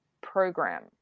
program